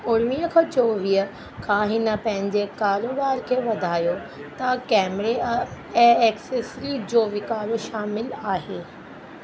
उणिवीह खां चोवीह खां हिन पंहिंजे कारोबार खे वधायो तह कैमरा ऐं एक्सेसरी जो विकारो शामिलु आहे